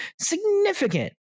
significant